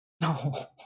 No